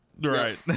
right